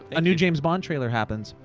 a new james bond trailer happens,